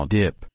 dip